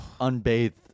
unbathed